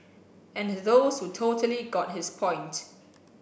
and those who totally got his point